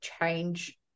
change